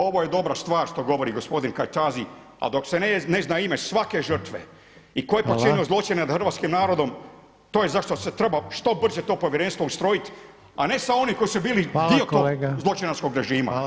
Ovo je dobra stvar što govori gospodin Kajtazi, a dok se ne zna ime svake žrtve i tko je počinio zločine nad hrvatskim narodom [[Upadica Reiner: Hvala.]] to je zašto se treba što brže to povjerenstvo ustrojit, a ne sa onim koji su bili dio tog zločinačkog režima